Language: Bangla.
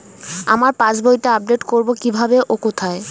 আমার পাস বইটি আপ্ডেট কোরবো কীভাবে ও কোথায়?